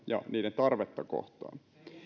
ja niiden tarvetta kohtaan